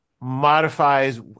modifies